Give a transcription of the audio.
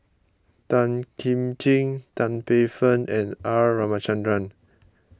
Tan Kim Ching Tan Paey Fern and R Ramachandran